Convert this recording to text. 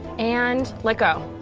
and like, oh